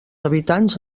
habitants